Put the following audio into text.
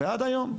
ועד היום,